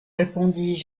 répondis